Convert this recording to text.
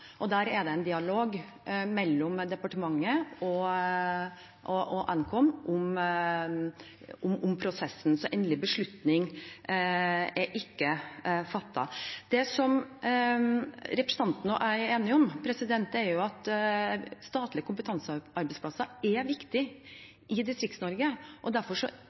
Der er det en dialog mellom departementet og Nkom om prosessen, så endelig beslutning er ikke fattet. Det representanten og jeg er enige om, er at statlige kompetansearbeidsplasser er viktig i Distrikts-Norge, og derfor er det bra at regjering og storting ønsker at statlige arbeidsplasser etableres utenfor Oslo. Den linjen ligger fast. Så